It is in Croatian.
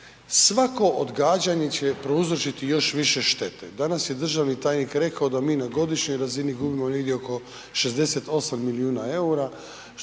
Svako odgađanje će prouzročiti još više štete. Danas je državni tajnik rekao da mi na godišnjoj razini gubimo negdje oko 68 milijuna eura